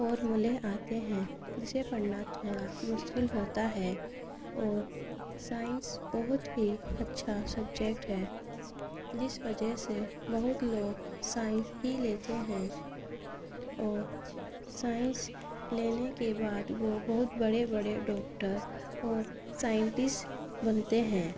فارمولے آتے ہیں جسے پڑھنا تھوڑا مشکل ہوتا ہے اور سائنس بہت ہی اچّھا سبجیکٹ ہے جس وجہ سے بہت لوگ سائنس ہی لیتے ہیں اور سائنس لینے کے بعد وہ بہت بڑے بڑے ڈاکٹر اور سائنٹسٹ بنتے ہیں